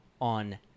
on